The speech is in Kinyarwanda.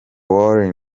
war